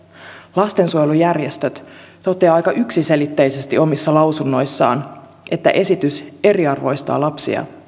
lastensuojelujärjestöt toteavat aika yksiselitteisesti omissa lausunnoissaan että esitys eriarvoistaa lapsia